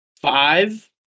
five